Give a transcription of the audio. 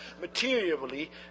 materially